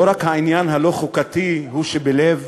לא רק העניין הלא-חוקתי הוא שבלב